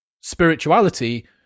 spirituality